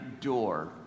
door